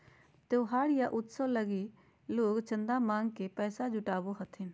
त्योहार या उत्सव लगी लोग चंदा मांग के पैसा जुटावो हथिन